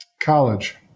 College